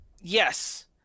Yes